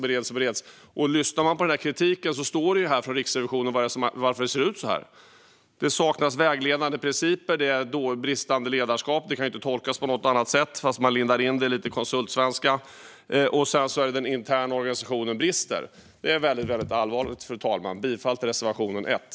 När det gäller kritiken kan man läsa vad Riksrevisionen har skrivit om varför det ser ut så här: Det saknas vägledande principer, och det är bristande ledarskap. Det kan inte tolkas på något annat sätt, fast man lindar in det i lite konsultsvenska. Sedan handlar det om att den interna organisationen brister. Det är väldigt allvarligt, fru talman. Jag yrkar bifall till reservation 1.